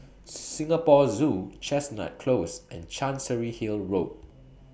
Singapore Zoo Chestnut Close and Chancery Hill Road